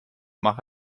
maar